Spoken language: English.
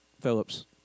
Phillips